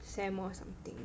sem or something